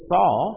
Saul